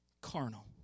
carnal